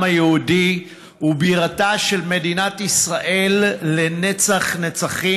היהודי ובירתה של מדינת ישראל לנצח-נצחים,